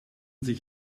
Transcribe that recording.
sich